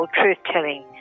truth-telling